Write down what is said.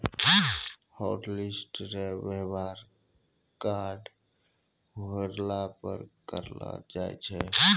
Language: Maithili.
हॉटलिस्ट रो वेवहार कार्ड हेरैला पर करलो जाय छै